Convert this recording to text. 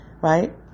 right